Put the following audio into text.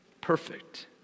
perfect